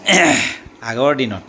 আগৰ দিনত